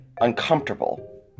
Uncomfortable